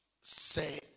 say